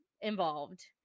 involved